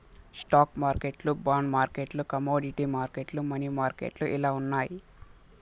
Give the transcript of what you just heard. stock మార్కెట్లు bond మార్కెట్లు commodity మార్కెట్లు, మనీ మార్కెట్లు ఇలా ఉన్నాయి